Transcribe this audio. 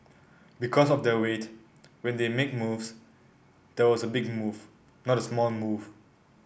because of their weight when they make moves there was a big move not a small move